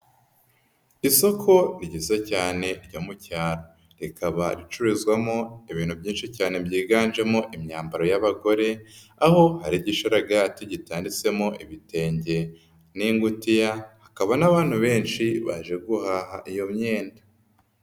Isoko ryiza cyane ryo mu cyaro, rikaba ricururizwamo ibintu byinshi cyane byiganjemo imyambaro y'abagore, aho hari igisharagati gitanditsemo ibitenge n'ingutiya, hakaba n'abantu benshi baje guhaha iyo myenda.